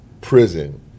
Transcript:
prison